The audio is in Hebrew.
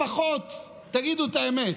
לפחות תגידו את האמת.